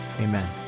amen